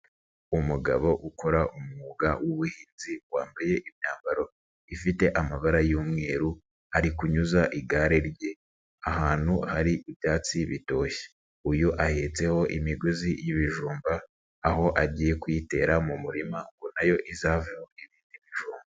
Umugabo ukora umwuga w'ubuhinzi wambaye imyambaro ifite amabara y'umweru ari kunyuza igare rye ahantu hari ibyatsi bitoshye, uyu ahetseho imigozi y'ibijumba aho agiye kuyitera mu murima ngo na yo izavemo ibindi bijumba.